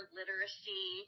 literacy